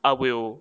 I will